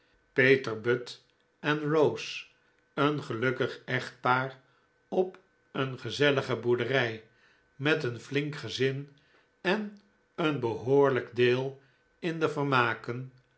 peter butt en rose een gelukkig echtpaar op een gezellige boerderij met een flink gezin en een behoorlijk deel in de vermaken